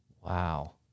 Wow